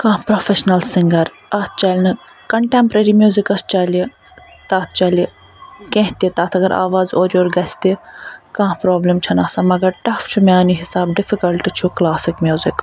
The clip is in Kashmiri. کانٛہہ پروفیشنَل سِنٛگر اتھ چَلہ نہٕ کَنٹیٚمپریٚری میوزِکَس چَلہِ تتھ چَلہِ کینٛہہ تہِ تتھ اگر آواز اور یور گَژھِ تہِ کانٛہہ پرابلم چھَ نہٕ آسان مگر ٹَف چھُ میانہ حِساب ڈِفِکَلٹ چھُ کلاسِک میوزِک